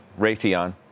Raytheon